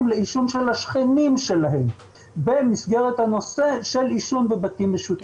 לעישון של השכנים שלהם במסגרת הנושא של עישון בבתים משותפים.